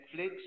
Netflix